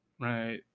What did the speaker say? right